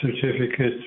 certificates